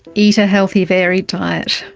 eat a healthy, varied diet,